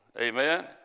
Amen